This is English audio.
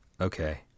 okay